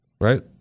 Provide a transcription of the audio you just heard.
right